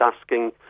asking